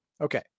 Okay